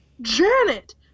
Janet